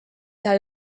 saa